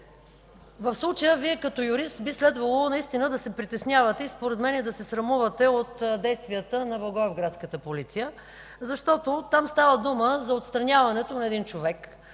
В случая Вие като юрист би следвало да се притеснявате, според мен – и да се срамувате, от действията на благоевградската полиция, защото там става дума за отстраняването на един човек